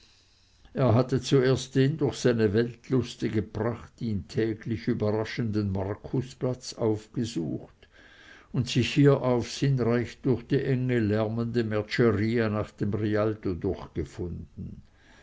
er hatte zuerst den durch seine weltlustige pracht ihn täglich überraschenden markusplatz aufgesucht und sich hierauf sinnreich durch die enge lärmende merceria nach dem rialto durchgefunden